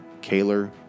Kaler